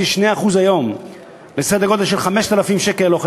2% היום לסדר גודל של 5,000 שקלים או 0.5%,